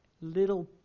little